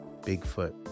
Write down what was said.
Bigfoot